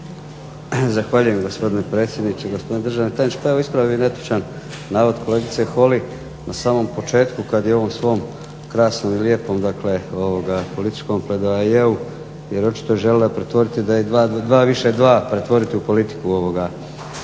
Zahvaljujem gospodine predsjedniče, gospodine državni tajniče. Pa evo ispravio bih netočan navod kolegice Holy na samom početku kad je u ovom svom krasnom i lijepom dakle političkom pledoajeu jer očito je željela pretvoriti najviše dva pretvoriti u politiku ovoga